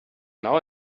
now